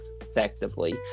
effectively